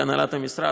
כהנהלת המשרד,